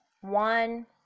One